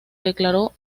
declaró